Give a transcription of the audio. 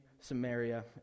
Samaria